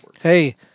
hey